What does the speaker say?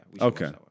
Okay